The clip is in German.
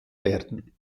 werden